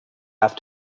have